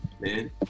man